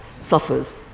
suffers